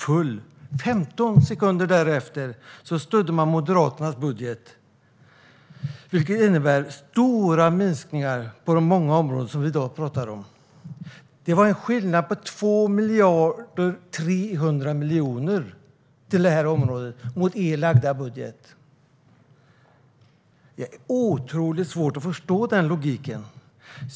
15 sekunder därefter stödde SD Moderaternas budgetförslag, vilket skulle innebära stora minskningar på de många områden vi i dag talar om. Det var 2 miljarder och 300 miljoner mindre till det här området jämfört med ert budgetförslag, Anders Forsberg. Jag har otroligt svårt att förstå den logiken.